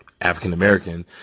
African-American